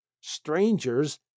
strangers